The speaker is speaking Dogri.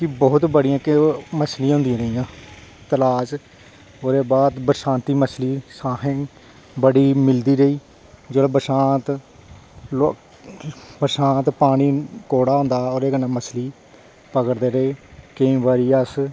ते बहोत बड़ियां इक्क मच्छियां होंदियां रेहियां तलाब च ओह्दे बाद बरसांती मच्छली असें ई बड़ी मिलदी रेही जेल्लै बरसांत बरसांत कोहरा पानी होंदा ओह्दे कन्नै मच्छली पकड़दे रेह केईं बारी अस